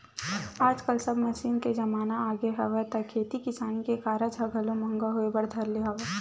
आजकल सब मसीन के जमाना आगे हवय त खेती किसानी के कारज ह घलो महंगा होय बर धर ले हवय